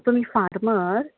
तुमी फार्मर